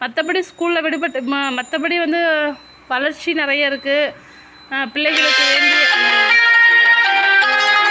மற்றபடி ஸ்கூல்ல விடுபட்டு ம மற்றபடி வந்து வளர்ச்சி நிறைய இருக்குது பிள்ளைங்களுக்கு வேண்டிய